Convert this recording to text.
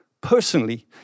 personally